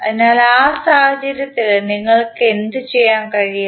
അതിനാൽ ആ സാഹചര്യത്തിൽ നിങ്ങൾക്ക് എന്തുചെയ്യാൻ കഴിയും